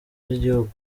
by’igihugu